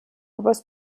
was